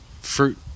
fruit